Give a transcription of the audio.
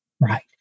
Right